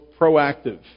proactive